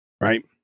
right